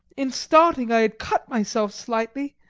in starting i had cut myself slightly,